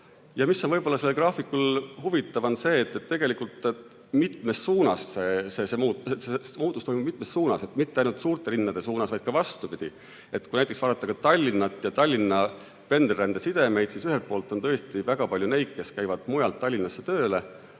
Ja mis on võib-olla sellel graafikul huvitav, on see, et tegelikult see muutus toimub mitmes suunas, st mitte ainult suurte linnade poole, vaid ka vastupidi. Kui näiteks vaadata ka Tallinna ja selle pendelrände sidemeid, siis on tõesti väga palju neid, kes käivad mujalt Tallinnasse tööle.